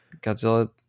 Godzilla